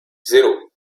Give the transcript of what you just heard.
zéro